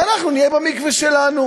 ואנחנו נהיה במקווה שלנו,